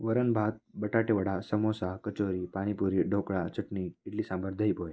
वरणभात बटाटेवडा समोसा कचोरी पाणीपुरी ढोकळा चटणी इडली सांबर दहीपोहे